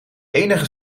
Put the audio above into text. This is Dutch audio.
enige